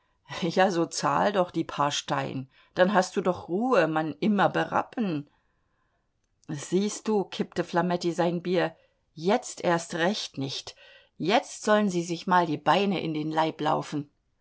ja so zahl doch die paar stein dann hast du doch ruhe man immer berappen siehst du kippte flametti sein bier jetzt erst recht nicht jetzt sollen sie sich mal die beine in den leib laufen